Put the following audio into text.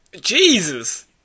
Jesus